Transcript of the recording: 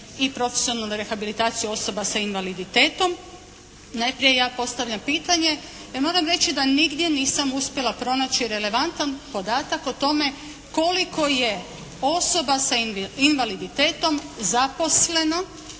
i profesionalnu rehabilitaciju osoba sa invaliditetom. Najprije je postavljam pitanje, ja moram reći da nigdje nisam uspjela pronaći relevantan podatak o tome koliko je osoba sa invaliditetom zaposleno